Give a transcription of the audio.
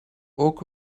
ook